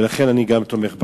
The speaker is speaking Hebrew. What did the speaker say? ולכן אני תומך בחוק.